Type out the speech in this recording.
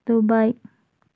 Dubai